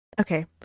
Okay